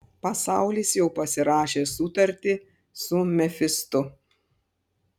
pasaulis jau pasirašė sutartį su mefistu